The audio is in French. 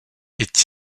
est